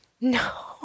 No